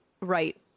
right